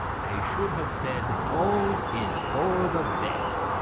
they should have said all is for the best.